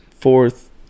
fourth